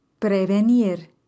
Prevenir